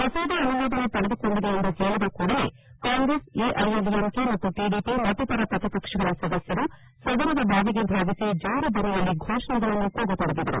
ಮಸೂದೆ ಅನುಮೋದನೆ ಪಡೆದುಕೊಂಡಿದೆ ಎಂದು ಹೇಳಿದ ಕೂಡಲೇ ಕಾಂಗ್ರೆಸ್ ಎಐಎಡಿಎಂಕೆ ಮತ್ತು ಟಿಡಿಪಿ ಮತ್ತಿತರ ಪ್ರತಿಪಕ್ಷಗಳ ಸದಸ್ಯರು ಸದನದ ಬಾವಿಗೆ ಧಾವಿಸಿ ಜೋರು ದನಿಯಲ್ಲಿ ಘೋಷಣೆಗಳನ್ನು ಕೂಗತೊಡಗಿದರು